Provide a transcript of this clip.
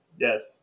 yes